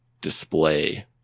display